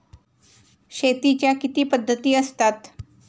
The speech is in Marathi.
शेतीच्या किती पद्धती असतात?